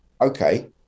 okay